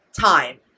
time